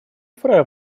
вправе